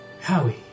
Howie